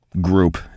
group